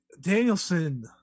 danielson